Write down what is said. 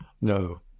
No